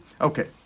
Okay